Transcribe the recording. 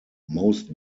most